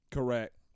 Correct